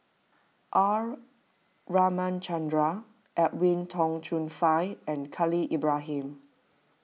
R Ramachandran Edwin Tong Chun Fai and Khalil Ibrahim